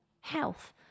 health